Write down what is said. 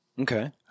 Okay